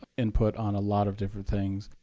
input on a lot of different things.